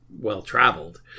well-traveled